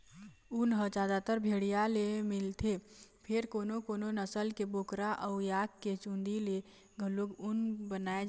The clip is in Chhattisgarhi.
ऊन ह जादातर भेड़िया ले मिलथे फेर कोनो कोनो नसल के बोकरा अउ याक के चूंदी ले घलोक ऊन बनाए जाथे